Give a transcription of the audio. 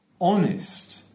honest